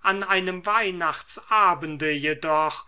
an einem weihnachtsabende jedoch